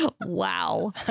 Wow